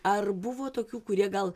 ar buvo tokių kurie gal